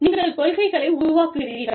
நீங்கள் கொள்கையை உருவாக்குகிறீர்கள்